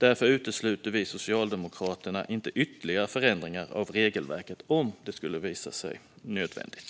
Därför utesluter inte vi socialdemokrater ytterligare förändringar av regelverket om det skulle visa sig nödvändigt.